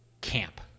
Camp